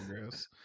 gross